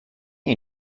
you